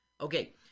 Okay